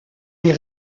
est